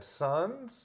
sons